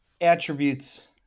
attributes